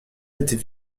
était